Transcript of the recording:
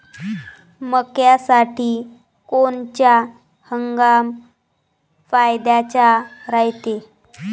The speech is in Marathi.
मक्क्यासाठी कोनचा हंगाम फायद्याचा रायते?